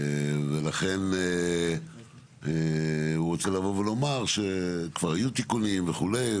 ולכן הוא רוצה לבוא ולומר שכבר היו תיקונים וכו',